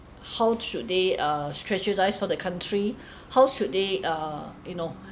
how should they uh strategise for the country how should they uh you know